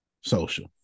Social